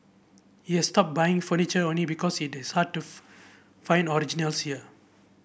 he has stopped buying furniture only because it is hard to find originals here